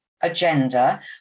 agenda